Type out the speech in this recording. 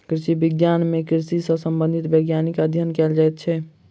कृषि विज्ञान मे कृषि सॅ संबंधित वैज्ञानिक अध्ययन कयल जाइत छै